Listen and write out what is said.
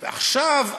ועכשיו,